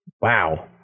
Wow